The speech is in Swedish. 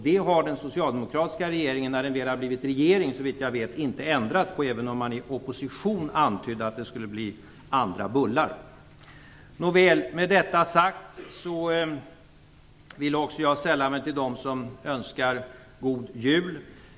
Det har den socialdemokratiska regeringen när den väl blev regering, såvitt jag vet, inte ändrat på även om man i opposition antydde att det skulle bli andra bullar. Nåväl, med detta sagt vill också jag sälla mig till dem som önskar god jul.